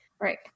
right